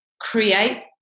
create